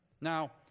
Now